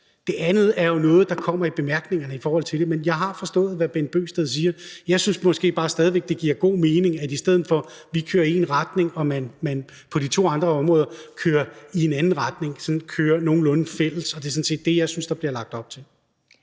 Det andet er jo noget, der kommer i bemærkningerne. Men jeg har forstået, hvad Bent Bøgsted siger. Jeg synes måske bare stadig væk, det giver god mening, at vi, i stedet for at vi kører i én retning, og at man på de to andre områder kører i en anden retning, kører nogenlunde fælles, og det er sådan set det, jeg synes der bliver lagt op til.